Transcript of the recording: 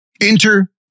Enter